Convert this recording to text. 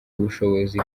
ubushobozi